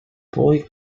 poi